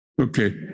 Okay